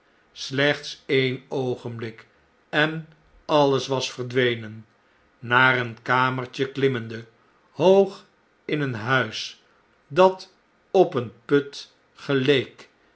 slechts een oogenblik en alles was verdwenen naar een kamertje klimmende hoog in een huis dat op een put geleek